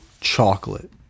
chocolate